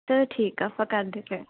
ਚੱਲ ਠੀਕ ਆ ਆਪਾਂ ਕਰਦੇ ਫਿਰ